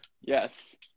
Yes